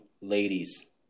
ladies